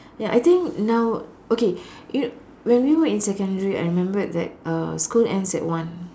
ya I think now okay it when we were in secondary I remembered that uh school ends at one